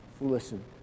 Listen